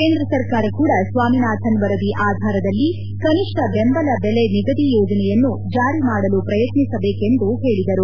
ಕೇಂದ್ರ ಸರ್ಕಾರ ಕೂಡ ಸ್ವಾಮಿನಾಥನ್ ವರದಿ ಆಧಾರದಲ್ಲಿ ಕನಿಷ್ಠ ಬೆಂಬಲ ಬೆಲೆ ನಿಗದಿ ಯೋಜನೆಯನ್ನು ಜಾರಿ ಮಾಡಲು ಪ್ರಯತ್ನಿಸಬೇಕು ಎಂದು ಹೇಳದರು